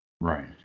Right